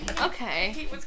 Okay